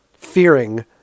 fearing